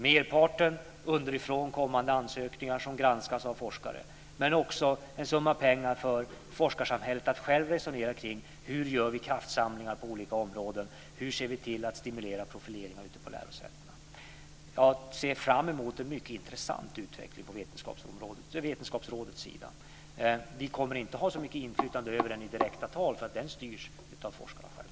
Merparten är underifrån kommande ansökningar som granskas av forskare, men det är också en summa pengar för att forskarsamhället självt ska resonera kring hur man gör kraftsamlingar på olika områden och hur man ser till att stimulera profileringar ute på lärosätena. Jag ser fram emot en mycket intressant utveckling på Vetenskapsrådets sida. Vi kommer inte att ha så mycket inflytande över den i direkta tal, för den styrs av forskarna själva.